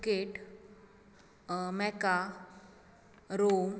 Phuket mecca Rome